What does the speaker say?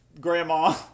grandma